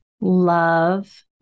love